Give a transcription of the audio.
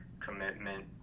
commitment